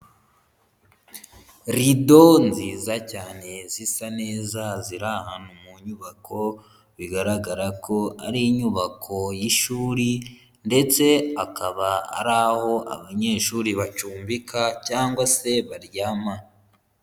Rido nziza cyane zisa neza ziri ahantu mu nyubako, bigaragara ko ari inyubako y'ishuri ndetse akaba ari aho abanyeshuri bacumbika cyangwa se baryama.